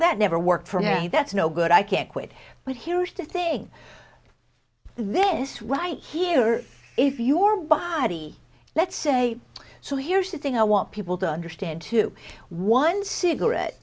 that never worked for him that's no good i can't quit but here's the thing this right here if your body let's say so here's the thing i want people to understand to one cigarette